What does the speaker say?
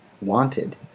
wanted